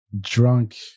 drunk